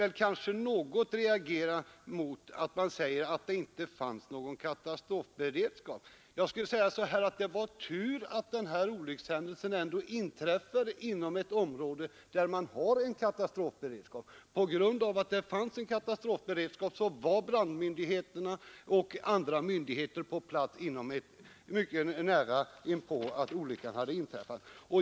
Men jag vill något reagera när det sägs att det inte fanns någon katastrofberedskap. Jag skulle vilja säga att det var tur att den här olyckshändelsen ändå inträffade inom ett område där man har en katastrofberedskap. På grund av att det fanns en katastrofberedskap var brandmyndigheterna och andra myndigheter på platsen mycket kort tid efter det att olyckan hade inträffat.